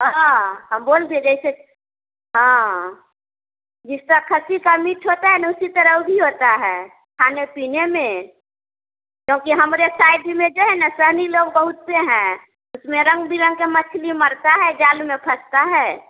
हाँ हम बोल दिए जैसे हाँ जिस तरह खसी का मीट होता है ना उसी तरह ऊ भी होता है खाने पीने में क्योंकि हमारे साइड में जो है ना सैनी लोग बहुत से हैं उसमें रंग बिरंगा मछली मरता है जाल में फँसता है